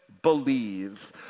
believe